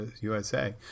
USA